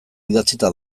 idatzita